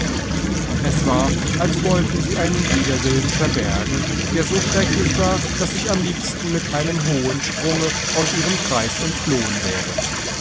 es war als wollten sie einen widerwillen verbergen der so schrecklich war daß ich am liebsten mit einem hohen sprung aus ihrem kreis entflohen wäre